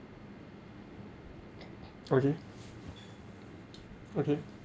okay okay